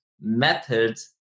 methods